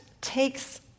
takes